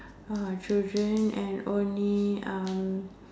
ah children and only uh